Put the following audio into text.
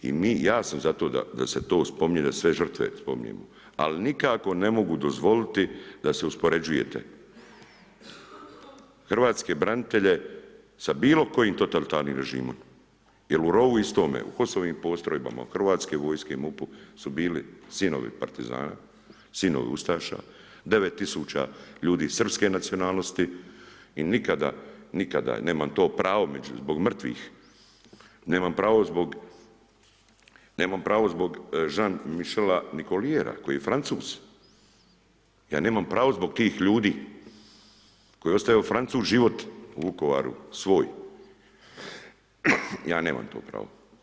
I mi, i ja sam za to da se to spominje da sve žrtve spominjemo ali nikako ne mogu dozvoliti da se uspoređujete, hrvatske branitelje sa bilo kojim totalitarnim režimom jer u rovu istome u HOS-ovim postrojbama Hrvatske vojske, MUP-u su bili sinovi partizana, sinovi ustaša, 9 tisuća ljudi srpske nacionalnosti i nikada, nikada nemam to pravo zbog mrtvih, nemam pravo zbog Jean-Michel Nicoliera koji je Francuz, ja nemam pravo zbog tih ljudi koji je ostavio Francuz život u Vukovaru svoj, ja nemam to pravo.